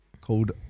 called